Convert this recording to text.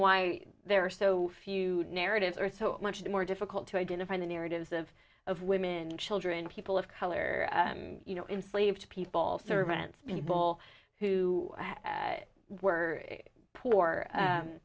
why there are so few narratives are so much more difficult to identify the narratives of of women and children people of color you know in slave people servants people who were poor